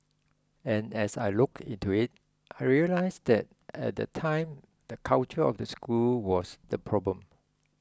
and as I looked into it I realised that at that time the culture of the school was the problem